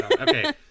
Okay